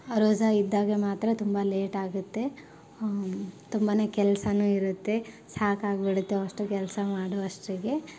ರೋಝ ಇದ್ದಾಗ ಮಾತ್ರ ತುಂಬ ಲೇಟ್ ಆಗುತ್ತೆ ತುಂಬನೇ ಕೆಲಸನು ಇರುತ್ತೆ ಸಾಕಾಗಿ ಬಿಡುತ್ತೆ ಅವಷ್ಟು ಕೆಲಸ ಮಾಡು ಅಷ್ಟರಿಗೆ